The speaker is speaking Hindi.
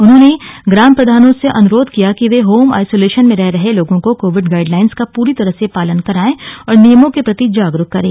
उन्होंने ग्राम प्रधानों से अनुरोध किया कि वे होम आइसोलेशन में रह रहे लोगों को कोविड गाइडलाइन्स का पूरी तरह से पालन कराये और नियमो के प्रति जागरूक करें